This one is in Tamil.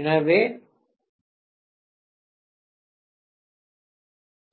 எனவே